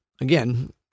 again